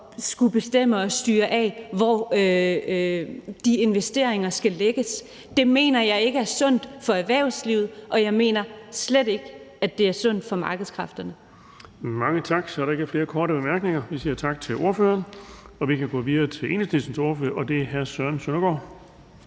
skulle bestemme og styre, hvor de investeringer skal lægges. Det mener jeg ikke er sundt for erhvervslivet, og jeg mener slet ikke, at det er sundt for markedskræfterne.